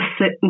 sit